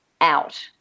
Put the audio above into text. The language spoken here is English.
out